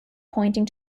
pointing